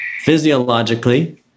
physiologically